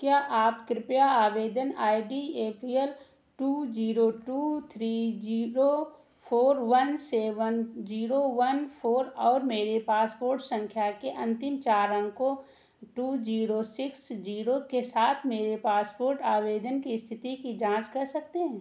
क्या आप कृपया आवेदन I D A P L two zero two three zero four one seven zero one four और मेरे पासपोर्ट संख्या के अंतिम चार अंकों टू जीरो सिक्स जीरो के साथ मेरे पासपोर्ट आवेदन की स्थिति की जांच कर सकते हैं